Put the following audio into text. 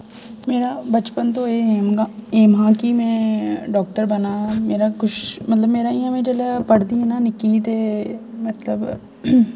मेरा बचपन तु एह् एम हा एम हा कि डाक्टर बना मेरा कश मेरा मतलब इ'यां जोल्लै मैं पढ़दी ही ना निक्की ही तै मतलब